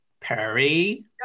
Perry